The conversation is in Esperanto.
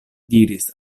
diris